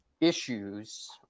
issues